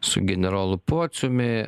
su generolu pociumi